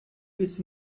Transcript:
bis